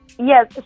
Yes